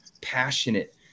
passionate